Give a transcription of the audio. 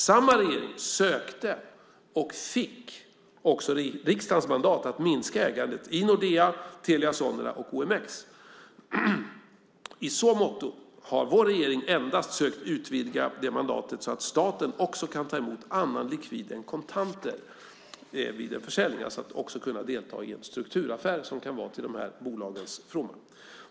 Samma regering sökte och fick också riksdagens mandat att minska ägandet i Nordea, Telia Sonera och OMX. I så måtto har vår regering endast sökt utvidga det mandatet så att staten också kan ta emot annan likvid än kontanter vid en försäljning - alltså även kan delta i en strukturaffär som kan vara till de här bolagens fromma.